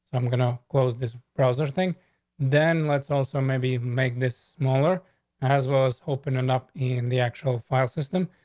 i'm gonna close this processing, then let's also maybe make this smaller as well as open enough in the actual file system.